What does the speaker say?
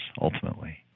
ultimately